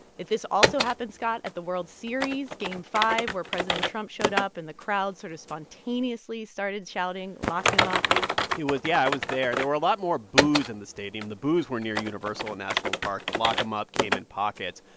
this also happened, scott, at the world series game five where president trump showed up and the crowd sort of spontaneously started shouting, lock him up he was yeah, i was there. there were a lot more boos in the stadium. the boos were near-universal at nationals park. the lock him up came in pockets.